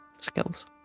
Skills